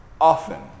Often